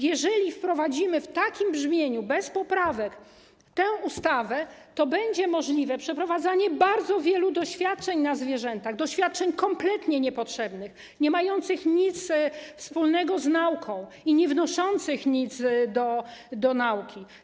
Jeżeli wprowadzimy tę ustawę w takim brzmieniu, bez poprawek, to będzie możliwe przeprowadzanie bardzo wielu doświadczeń na zwierzętach, doświadczeń kompletnie niepotrzebnych, niemających nic wspólnego z nauką i niewnoszących nic do nauki.